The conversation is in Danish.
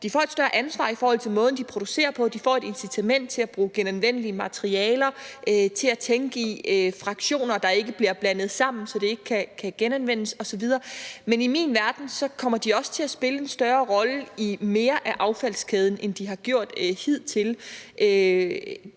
også et større ansvar i forhold til måden, de producerer på, de får et incitament til at bruge genanvendelige materialer, til at tænke i fraktioner, der ikke bliver blandet sammen, så det ikke kan genanvendes osv. Men i min verden kommer de også til at spille en større rolle i mere af affaldskæden, end de har gjort hidtil,